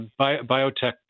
biotech